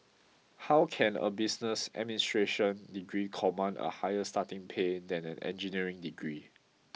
how can a business administration degree command a higher starting pay than an engineering degree